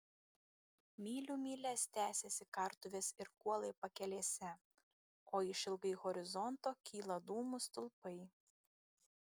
mylių mylias tęsiasi kartuvės ir kuolai pakelėse o išilgai horizonto kyla dūmų stulpai